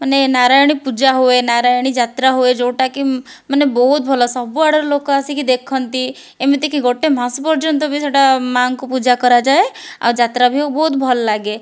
ମାନେ ନାରାୟଣୀ ପୂଜା ହୁଏ ନାରାୟଣୀ ଯାତ୍ରା ହୁଏ ଯେଉଁଟା କି ମାନେ ବହୁତ ଭଲ ସବୁ ଆଡ଼ୁ ଲୋକ ଆସିକି ଦେଖନ୍ତି ଏମିତି କି ଗୋଟେ ମାସ ପର୍ଯ୍ୟନ୍ତ ବି ସେଟା ମାଆଙ୍କୁ ପୂଜା କରାଯାଏ ଆଉ ଯାତ୍ରା ବି ହୁଏ ବହୁତ ଭଲ ଲାଗେ